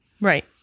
Right